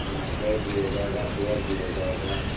हाँ बेड भी हो जाएगा चेयर भी हो जाएगा